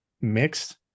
mixed